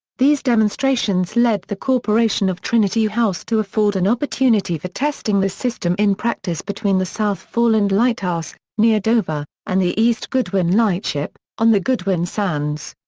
these demonstrations led the corporation of trinity house to afford an opportunity for testing the system in practice between the south foreland lighthouse, near dover, and the east goodwin lightship, on the goodwin sands.